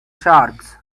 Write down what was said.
sharks